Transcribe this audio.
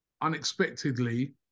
unexpectedly